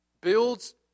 builds